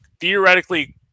theoretically